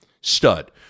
Stud